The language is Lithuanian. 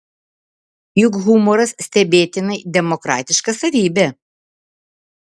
juk humoras stebėtinai demokratiška savybė